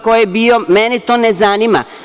Ko je bio, mene to ne zanima.